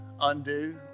undo